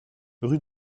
rue